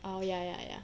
oh ya ya ya